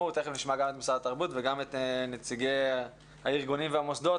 תיכף נשמע גם את משרד התרבות וגם את נציגי הארגונים והמוסדות,